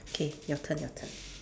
okay your turn your turn